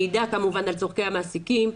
מידע כמובן על צרכי המעסיקים,